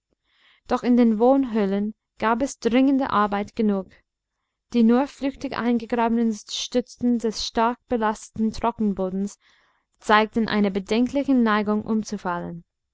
doch in den wohnhöhlen gab es dringende arbeit genug die nur flüchtig eingegrabenen stützen des stark belasteten trockenbodens zeigten eine bedenkliche neigung umzufallen